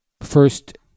first